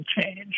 change